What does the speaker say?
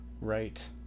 Right